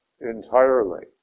entirely